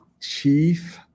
Chief